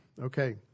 Okay